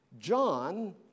John